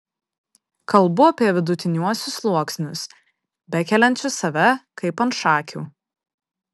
kalbu apie vidutiniuosius sluoksnius bekeliančius save kaip ant šakių